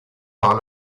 par